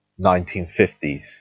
1950s